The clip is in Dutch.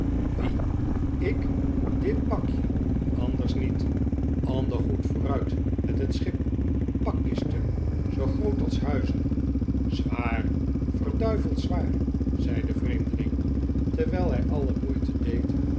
wie ik dit pakje anders niet ander goed vooruit met het schip pakkisten zoo groo t als huizen zwaar verduiveld zwaar zei de vreemdeling terwijl hij alle moeite deed